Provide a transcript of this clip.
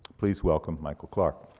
please welcome michael clarke.